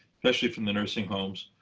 especially from the nursing homes.